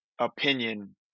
opinion